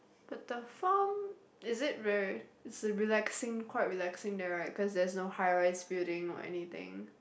but the form is it very is the relaxing quite relaxing there right cause there's no high rise building or anything